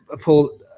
Paul